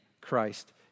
Christ